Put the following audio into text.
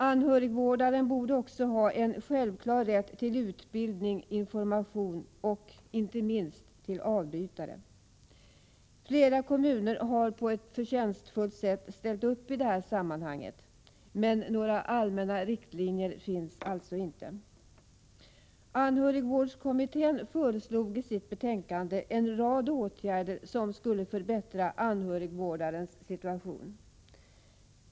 Anhörigvårdaren borde också ha en självklar rätt till utbildning, information och, inte minst, avbytare. Flera kommuner har på ett förtjänstfullt sätt ställt upp i det här sammanhanget, men några allmänna riktlinjer finns inte. Anhörigvårdskommittén föreslog i sitt betänkande en rad åtgärder som skulle förbättra anhörigvårdarens situation.